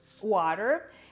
water